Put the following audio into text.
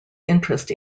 interest